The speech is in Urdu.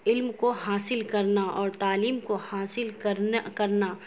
علم کو حاصل کرنا اور تعلیم کو حاصل کرنا